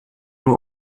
nur